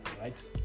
right